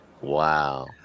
Wow